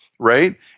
Right